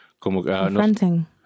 Confronting